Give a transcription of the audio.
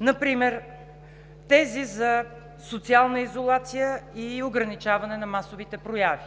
Например тези за социална изолация и ограничаване на масовите прояви